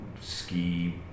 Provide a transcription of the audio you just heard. ski